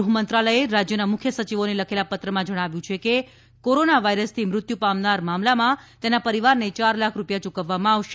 ગૃહમંત્રાલયે રાજ્યના મુખ્ય સચિવોને લખેલા પત્રમાં જણાવ્યું છે કે કોરોના વાયરસથી મૃત્યુ પામનાર મામલામાં તેના પરિવારને ચાર લાખ રૂપિયા યૂકવવામાં આવશે